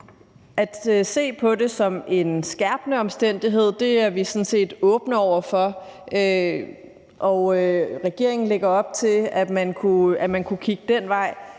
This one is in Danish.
at se på det som en skærpende omstændighed er vi sådan set åbne over for, og regeringen lægger op til, at man kunne kigge den vej.